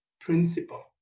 principle